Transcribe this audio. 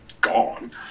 gone